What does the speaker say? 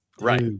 right